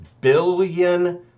billion